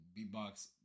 beatbox